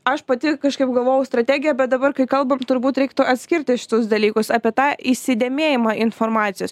aš pati kažkaip galvojau strategija bet dabar kai kalbam turbūt reiktų atskirti šitus dalykus apie tą įsidėmėjimą informacijos